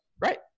Right